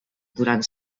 durant